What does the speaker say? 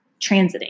transiting